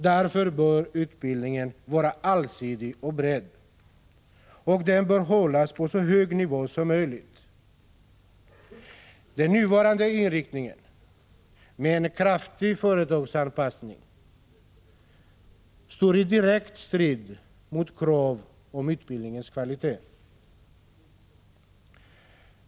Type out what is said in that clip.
Därför bör utbildningen vara allsidig och bred, och den bör hållas på så hög nivå som möjligt. Den nuvarande inriktningen, med en kraftig företagsanpassning, står i direkt strid med krav om utbildningens kvalitet.